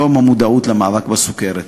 יום המודעות למאבק בסוכרת.